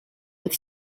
with